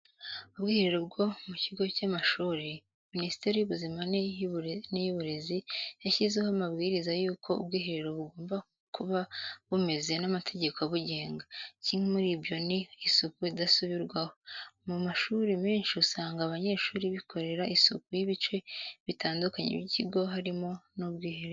Ubwiherero bwo mu kigo cy'amashuri. Minisiteri y'ubuzima ni y'uburezi yashizeho amabwiriza y'uko ubwiherero bugomba kuba bumeze n'amategeko abugenga, kimwe muri ibyo ni isuku idasubirwaho. Mu mashuri menshi usanga abanyeshuri bikorera isuku y'ibice bitandukanye by'ikigo harimo n'ubwiherero.